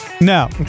No